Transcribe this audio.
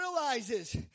realizes